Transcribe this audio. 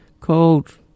called